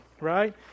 right